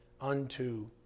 unto